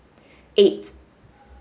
eight